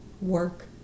work